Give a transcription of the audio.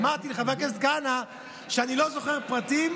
אמרתי לחבר הכנסת כהנא שאני לא זוכר פרטים,